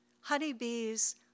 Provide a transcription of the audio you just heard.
Honeybees